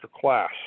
Class